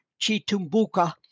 Chitumbuka